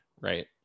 Right